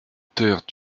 terres